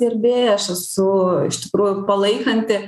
gerbėja aš esu iš tikrųjų palaikanti